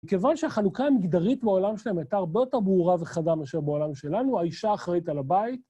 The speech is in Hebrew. כיוון שהחלוקה המגדרית בעולם שלהם הייתה הרבה יותר ברורה וחדה מאשר בעולם שלנו, האישה האחראית על הבית.